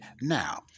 Now